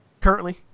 Currently